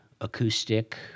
acoustic